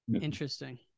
interesting